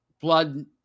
blood